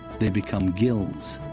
they become gills